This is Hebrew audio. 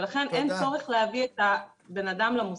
ולכן אין צורך להביא את הבן אדם למוסך.